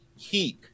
Heek